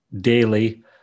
daily